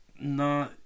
No